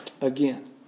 again